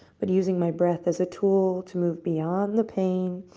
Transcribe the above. but using my breath as a tool to move beyond the pain